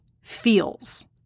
feels